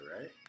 right